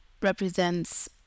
represents